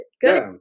Good